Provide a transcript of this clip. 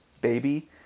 baby